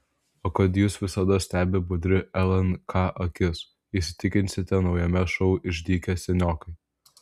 o kad jus visada stebi budri lnk akis įsitikinsite naujame šou išdykę seniokai